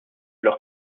leurs